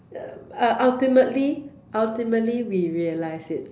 uh ultimately ultimately we realised it mm